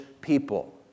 people